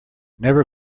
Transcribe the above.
never